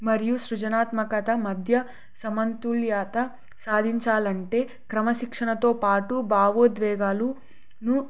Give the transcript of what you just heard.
మరియు సృజనాత్మకత మధ్య సమతుల్యత సాధించాలంటే క్రమశిక్షణతో పాటు భావోద్వేగాలను